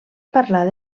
parlar